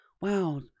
Wow